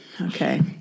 Okay